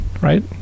Right